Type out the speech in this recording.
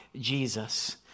Jesus